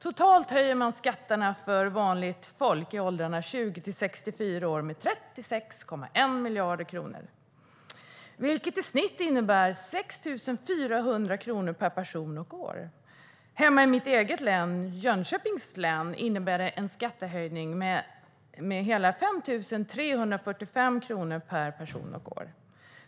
Totalt höjer man skatterna för vanligt folk i åldrarna 20-64 år med 36,1 miljarder kronor, vilket i snitt innebär 6 400 kronor per person och år. Hemma i mitt eget län, Jönköpings län, innebär det en skattehöjning med hela 5 345 kronor per person och år.